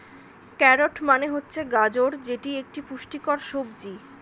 carrot মানে হচ্ছে গাজর যেটি একটি পুষ্টিকর সবজি